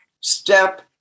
step